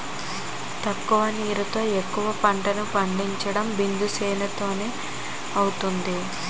తక్కువ నీటిని వాడి ఎక్కువ పంట పండించడం బిందుసేధ్యేమ్ తోనే అవుతాది